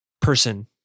person